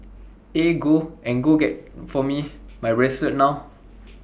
eh go and get for me my bracelet now